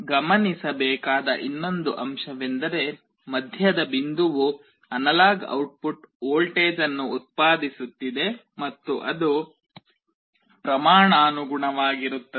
ಗಮನಿಸಬೇಕಾದ ಇನ್ನೊಂದು ಅಂಶವೆಂದರೆ ಮಧ್ಯದ ಬಿಂದುವು ಅನಲಾಗ್ ಔಟ್ಪುಟ್ ವೋಲ್ಟೇಜ್ ಅನ್ನು ಉತ್ಪಾದಿಸುತ್ತಿದೆ ಮತ್ತು ಅದು ಪ್ರಮಾಣಾನುಗುಣವಾಗಿರುತ್ತದೆ